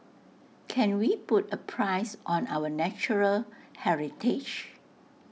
can we put A price on our natural heritage